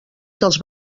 dels